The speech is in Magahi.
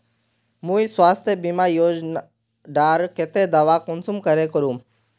मुई स्वास्थ्य बीमा योजना डार केते दावा कुंसम करे करूम?